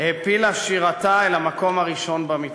העפילה שירתה אל המקום הראשון במצעד.